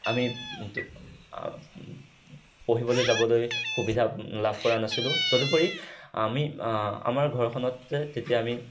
আমি পঢ়িবলৈ যাবলৈ সুবিধা লাভ কৰা নাছিলোঁ তদুপৰি আমি আমাৰ ঘৰখনতে তেতিয়া আমি